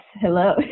Hello